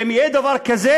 ואם יהיה דבר כזה,